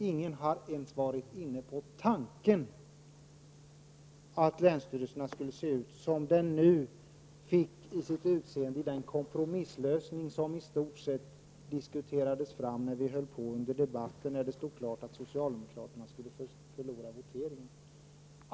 Ingen har ens varit inne på tanken att länsstyrelserna skulle se ut på det sätt som anges i den kompromisslösning som i stort sett diskuterades fram under pågående debatt när det stod klart att socialdemokraterna skulle förlora i voteringen.